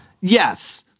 Yes